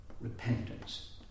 repentance